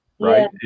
right